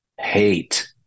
hate